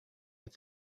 with